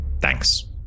Thanks